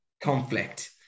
conflict